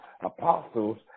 apostles